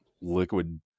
liquid